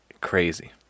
crazy